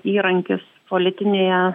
įrankis politinėje